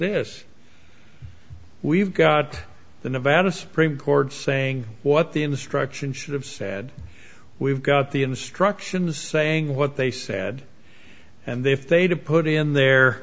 this we've got the nevada supreme court saying what the instruction should have said we've got the instructions saying what they said and if they did put in their